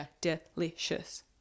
delicious